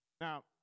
Now